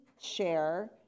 share